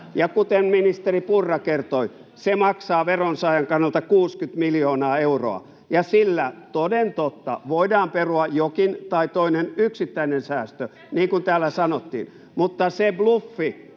Kuten ministeri Purra kertoi, se maksaa veronsaajan kannalta 60 miljoonaa euroa, ja sillä toden totta voidaan perua jokin tai toinen yksittäinen säästö, niin kuin täällä sanottiin. Mutta se bluffi,